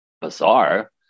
bizarre